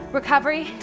recovery